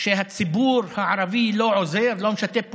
שהציבור הערבי לא עוזר, לא משתף פעולה,